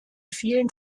vielen